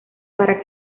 para